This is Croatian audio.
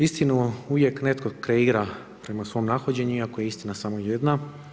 Istinu uvijek netko kreira prema svome nahođenju iako je istina samo jedna.